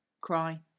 cry